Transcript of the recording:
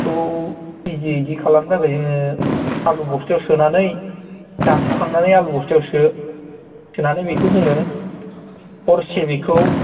बेखौ एजियै इदि खालामनो थाखाय जोङो आलु बस्थायाव सोनानै दानस' खांनानै आलु बस्थायाव सो सोनानै बेखौ जोङो हरसे बेखौ